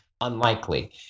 unlikely